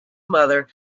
mother